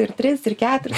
ir tris ir keturis